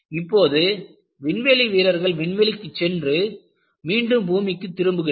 இப்போது விண்வெளி வீரர்கள் விண்வெளிக்கு சென்று மீண்டும் பூமிக்கு திரும்புகின்றனர்